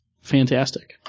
fantastic